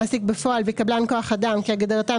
"מעסיק בפועל" ו"קבלן כח אדם" כהגדרתם